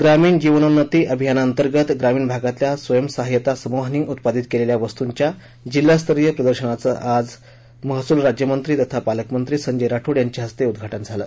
ग्रामीण जीवनोन्नती अभियानाअंतर्गत ग्रामीण भागातल्या स्वयंसहाय्यता समूहांनी उत्पादित केलेल्या वस्तूंच्या जिल्हास्तरीय प्रदर्शनाचं आज महसूल राज्यमंत्री तथा पालकमंत्री संजय राठोड यांच्या हस्ते झालं